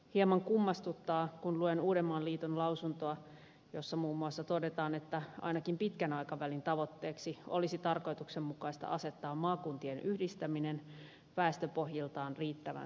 hieman kummastuttaa kun luen uudenmaan liiton lausuntoa jossa muun muassa todetaan että ainakin pitkän aikavälin tavoitteeksi olisi tarkoituksenmukaista asettaa maakuntien yhdistäminen väestöpohjiltaan riittävän suuriksi